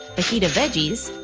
fajita veggies,